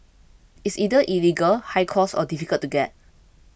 it's either illegal high cost or difficult to get